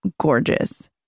gorgeous